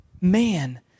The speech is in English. man